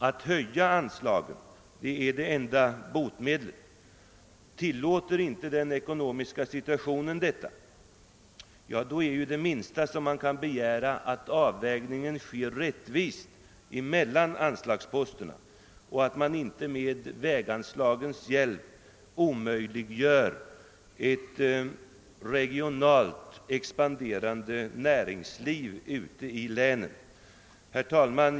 Det enda botemedlet är att höja anslagen. Tillåter inte den ekonomiska situationen detta — ja, då är ju det minsta man kan begära att avvägningen sker rättvist emellan anslagsposterna och att man inte genom väganslagen omöjliggör ett regionalt expanderande näringsliv ute i länen. Herr talman!